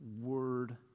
word